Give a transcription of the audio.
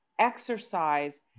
Exercise